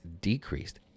decreased